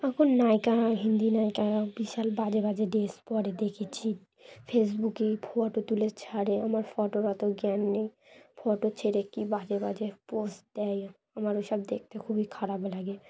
এখন নায়িকা হিন্দি নায়িকা বিশাল বাজে বাজে ড্রেস পরে দেখেছি ফেসবুকেই ফটো তুলে ছাড়ে আমার ফটোর অত জ্ঞান নেই ফটো ছেড়ে কি বাজে বাজে পোস্ট দেয় আমার ওই সব দেখতে খুবই খারাপ লাগে